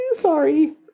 Sorry